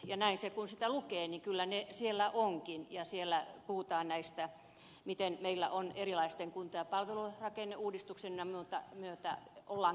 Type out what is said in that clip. ja näin kun sitä lukee niin kyllä ne siellä ovatkin ja siellä puhutaan miten näitä meillä erilaisten kunta ja palvelurakenneuudistusten myötä ollaan kehittämässä